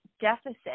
deficit